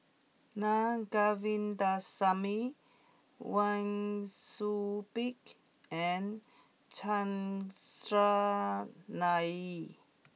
Naa Govindasamy Wang Sui Pick and Chandran Nair